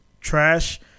trash